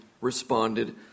responded